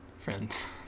friends